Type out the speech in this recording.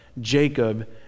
Jacob